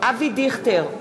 אבי דיכטר,